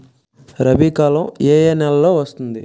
రబీ కాలం ఏ ఏ నెలలో వస్తుంది?